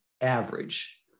average